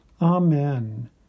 Amen